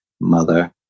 mother